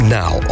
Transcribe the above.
now